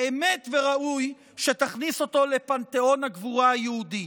באמת ראוי שתכניס אותו לפנתיאון הגבורה היהודי.